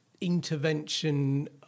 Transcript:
intervention